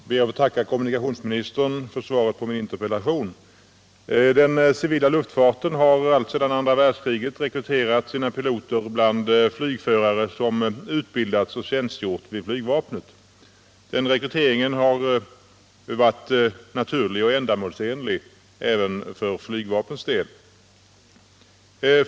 Herr talman! Jag ber att få tacka kommunikationsministern för svaret på min interpellation. Den civila luftfarten har alltsedan andra världskriget rekryterat sina piloter bland flygförare som har utbildats och tjänstgjort vid flygvapnet. Denna rekrytering var under lång tid naturlig och ändamålsenlig även för flygvapnet.